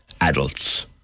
adults